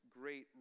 great